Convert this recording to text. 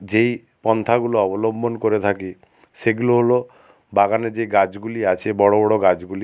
যেই পন্থাগুলো অবলম্বন করে থাকি সেগুলো হলো বাগানে যে গাছগুলি আছে বড় বড় গাছগুলি